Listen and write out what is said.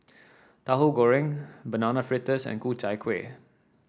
Tahu Goreng Banana Fritters and Ku Chai Kueh